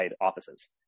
offices